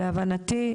להבנתי,